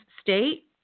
state